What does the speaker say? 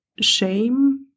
shame